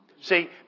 See